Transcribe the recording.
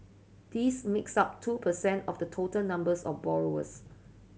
this makes up two percent of the total numbers of borrowers